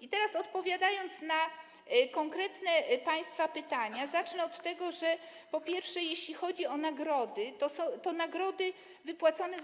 I teraz, odpowiadając na konkretne państwa pytania, zacznę od tego, że po pierwsze, jeśli chodzi o nagrody, to zostały one wypłacone